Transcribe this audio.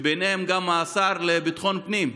וביניהם גם השר לביטחון פנים,